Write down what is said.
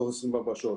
תוך 24 שעות.